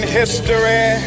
history